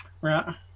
Right